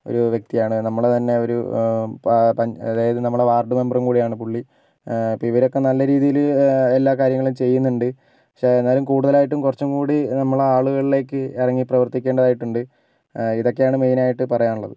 ഒരു വ്യക്തിയാണ് നമ്മുടെ തന്നെ ഒരു പാ അതായത് നമ്മുടെ വാർഡ് മെമ്പറും കൂടെയാണ് പുള്ളി അപ്പോൾ ഇവരൊക്കെ നല്ല രീതിയിൽ എല്ലാ കാര്യങ്ങളും ചെയ്യുന്നുണ്ട് പക്ഷേ എന്നാലും കൂടുതലായിട്ടും കുറച്ചും കൂടി നമ്മൾ ആളുകളിലേക്ക് ഇറങ്ങി പ്രവർത്തിക്കേണ്ടതായിതുണ്ട് ഇതൊക്കെയാണ് മെയിൻ ആയിട്ട് പറയാനുള്ളത്